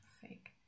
fake